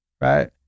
right